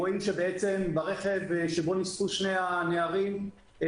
רואים שברכב שבו נספו שני הילדים,